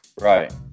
Right